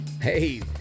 hey